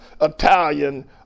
Italian